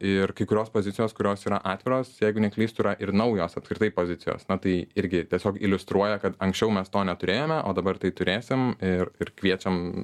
ir kai kurios pozicijos kurios yra atviros jeigu neklystu yra ir naujos apskritai pozicijos na tai irgi tiesiog iliustruoja kad anksčiau mes to neturėjome o dabar tai turėsime ir ir kviečiam